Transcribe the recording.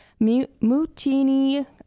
Moutini